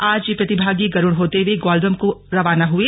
आज ये प्रतिभागी गरुड़ होते हुए ग्वालदम को रवाना हुए